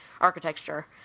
architecture